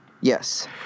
Yes